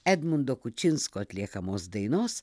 edmundo kučinsko atliekamos dainos